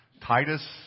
Titus